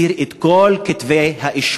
הסיר את כל כתבי-האישום.